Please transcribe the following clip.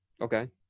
Okay